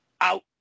out